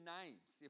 names